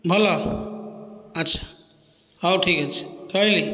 ଭଲ ଆଛା ହେଉ ଠିକ୍ ଅଛି ରହିଲି